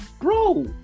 bro